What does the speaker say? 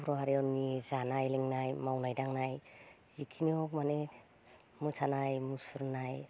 बर' हारिनि जानाय लोंनाय मावनाय दांनाय जिखिनि हख माने मोसानाय मुसुरनाय